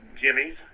Jimmy's